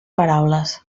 paraules